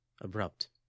abrupt